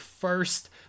first